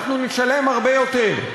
אנחנו נשלם הרבה יותר.